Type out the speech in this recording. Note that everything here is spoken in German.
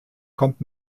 kommt